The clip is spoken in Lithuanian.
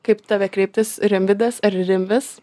kaip tave kreiptis rimvydas ar rimvis